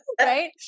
Right